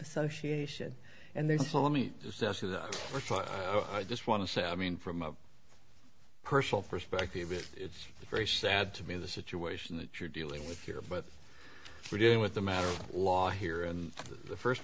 association and therefore meet i just want to say i mean from a personal perspective it's very sad to me the situation that you're dealing with here but we're doing with the matter of law here and the first